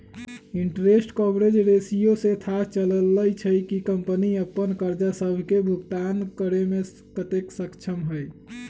interest coverage ratio से थाह चललय छै कि कंपनी अप्पन करजा सभके भुगतान करेमें कतेक सक्षम हइ